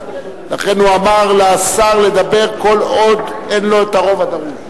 ולכן הוא אמר לשר לדבר כל עוד אין לו הרוב הדרוש.